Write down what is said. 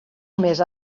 més